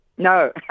No